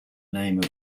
name